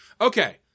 Okay